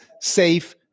safe